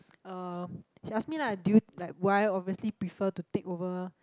uh she asked me lah do you like why obviously prefer to take over